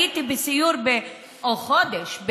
או חודש,